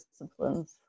disciplines